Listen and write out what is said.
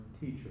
teacher